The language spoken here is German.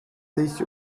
sich